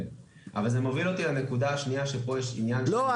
אבל זה מוביל אותי לנקודה השנייה שפה יש --- לא,